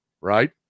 right